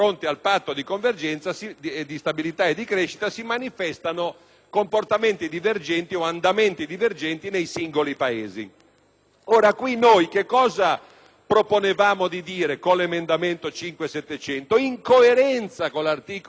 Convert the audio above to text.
comportamenti o andamenti divergenti nei singoli Paesi. Ora, noi cosa proponevamo di dire con l'emendamento 5.700? In coerenza con l'articolo 17 proponevamo che in sede di Conferenza,